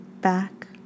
back